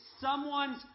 someone's